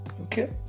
Okay